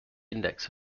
index